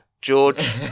George